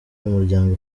umuryango